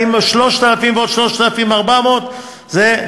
3,000 ועוד 3,400 זה,